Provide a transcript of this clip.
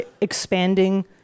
expanding